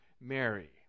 Mary